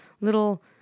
little